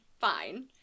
Fine